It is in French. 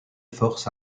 force